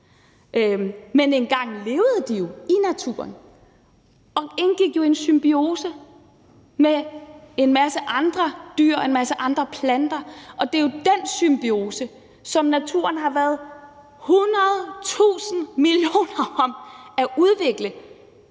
Men engang levede de i naturen og indgik i en symbiose med en masse andre dyr og en masse andre planter, og det er jo den symbiose, som naturen har været hundredtusind millioner år om at udvikle,